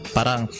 Parang